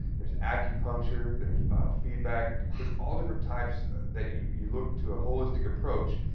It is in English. there's accupuncture. there's bio-feedback. wow! there's all different types that you you look to a holistic approach,